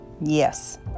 Yes